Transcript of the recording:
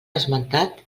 esmentat